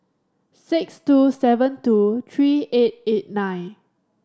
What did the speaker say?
six two seven two three eight eight nine